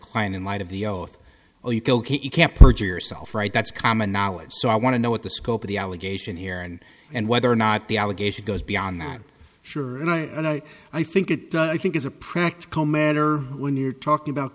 client in light of the oath oh you can't you can't perjure yourself right that's common knowledge so i want to know what the scope of the allegation here and and whether or not the allegation goes beyond that sure and i and i i think it does i think as a practical matter when you're talking about